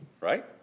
right